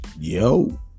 Yo